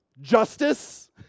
Justice